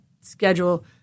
schedule